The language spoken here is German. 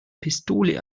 pistole